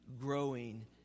growing